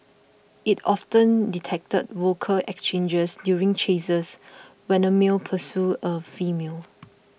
it often detected vocal exchanges during chases when a male pursued a female